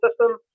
system